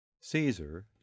Caesar